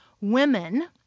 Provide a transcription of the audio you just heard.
women